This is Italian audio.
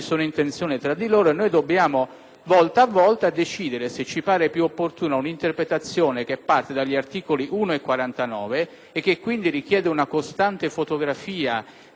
volta a volta, decidere se ci pare più opportuna un'interpretazione che parte dagli articoli 1 e 49, che richiede quindi una costante fotografia dell'Aula nelle Commissioni,